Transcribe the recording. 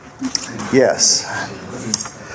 Yes